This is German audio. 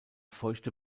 feuchte